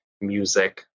music